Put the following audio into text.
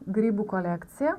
grybų kolekciją